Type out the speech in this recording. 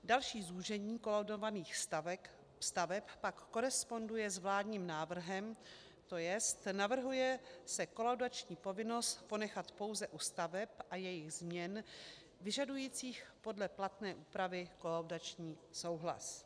Další zúžení kolaudovaných staveb pak koresponduje s vládním návrhem, tj. navrhuje se kolaudační povinnost ponechat pouze u staveb a jejich změn vyžadujících podle platné úpravy kolaudační souhlas.